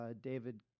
David